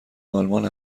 آلمان